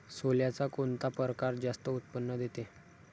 सोल्याचा कोनता परकार जास्त उत्पन्न देते?